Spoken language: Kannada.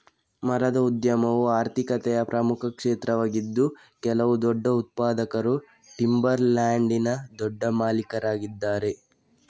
ಮರದ ಉದ್ಯಮವು ಆರ್ಥಿಕತೆಯ ಪ್ರಮುಖ ಕ್ಷೇತ್ರವಾಗಿದ್ದು ಕೆಲವು ದೊಡ್ಡ ಉತ್ಪಾದಕರು ಟಿಂಬರ್ ಲ್ಯಾಂಡಿನ ದೊಡ್ಡ ಮಾಲೀಕರಾಗಿದ್ದಾರೆ